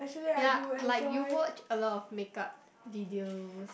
ya like you watch a lot of makeup video